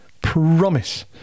promise